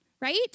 Right